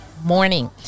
morning